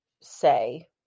say